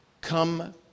Come